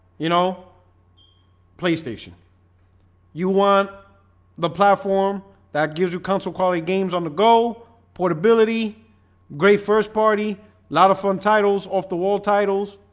you know playstation you want the platform that gives you console quality games on the go portability great first party a lot of fun titles off-the-wall titles.